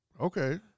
okay